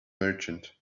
merchant